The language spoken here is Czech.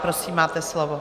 Prosím, máte slovo.